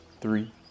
three